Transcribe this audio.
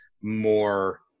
more